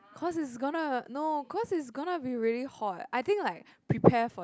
cause it's gonna no cause it's gonna be really hot I think like prepare for